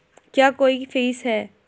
क्या कोई फीस है?